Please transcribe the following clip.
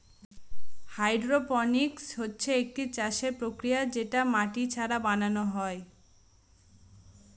hydroponics হচ্ছে একটি চাষের প্রক্রিয়া যেটা মাটি ছাড়া বানানো হয়